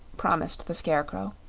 promised the scarecrow.